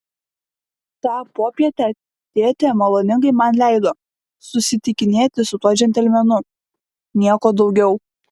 tą popietę tėtė maloningai man leido susitikinėti su tuo džentelmenu nieko daugiau